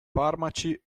farmaci